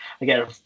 Again